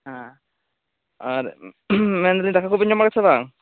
ᱦᱮᱸ ᱟᱨ ᱢᱮᱱ ᱮᱫᱟᱞᱤᱧ ᱫᱟᱠᱟ ᱠᱚᱵᱮᱱ ᱡᱚᱢ ᱵᱟᱲᱟ ᱠᱮᱫᱟ ᱥᱮ ᱵᱟᱝ